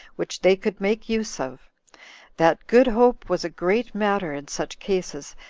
which they could make use of that good hope was a great matter in such cases,